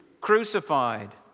crucified